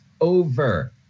over